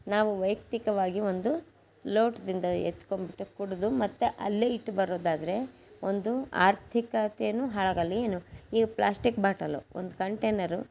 ನಾವು ವೈಯಕ್ತಿಕವಾಗಿ ಒಂದು ಲೋಟದಿಂದ ಎತ್ತಿಕೊಂಡ್ಬಿಟ್ಟು ಕುಡಿದು ಮತ್ತೆ ಅಲ್ಲೇ ಇಟ್ಟುಬರೋದಾದ್ರೆ ಒಂದು ಆರ್ಥಿಕತೆನೂ ಹಾಳಾಗಲ್ಲ ಏನು ಈಗ ಪ್ಲ್ಯಾಸ್ಟಿಕ್ ಬಾಟಲ್ಲು ಒಂದು ಕಂಟೈನರು